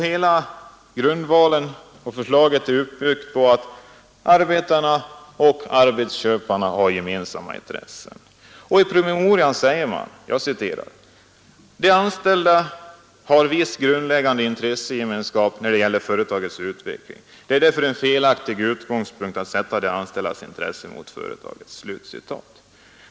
Hela förslaget bygger på den grundvalen att arbetarna och arbetsköparna har gemensamma intressen. I promemorian sägs att de anställda har viss grundläggande intressegemenskap när det gäller företagets utveckling och att det därför är en felaktig utgångspunkt att sätta de anställdas intresse mot företagets.